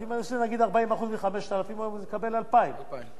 הוא היה מקבל 2,000. אם הוא מקבל 43% מ-8,200